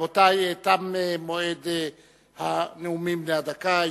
רבותי, תם מועד הנאומים בני הדקה.